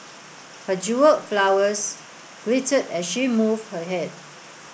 her jewelled flowers glittered as she moved her head